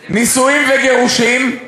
נישואים וגירושים: